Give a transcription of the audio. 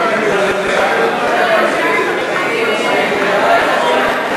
היא ביקשה להצביע עכשיו.